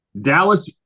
Dallas